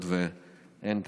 היות שאין כאן,